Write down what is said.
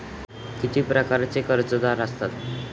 किती प्रकारचे कर्जदार असतात